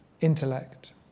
intellect